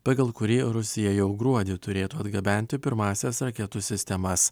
pagal kurį rusija jau gruodį turėtų atgabenti pirmąsias raketų sistemas